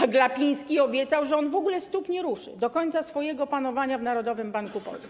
A Glapiński obiecał, że on w ogóle stóp nie ruszy do końca swojego panowania w Narodowym Banku Polskim.